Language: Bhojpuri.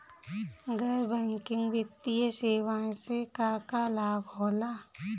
गैर बैंकिंग वित्तीय सेवाएं से का का लाभ होला?